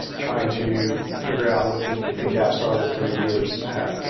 trying to figure out what the the gaps or that the reviewers have.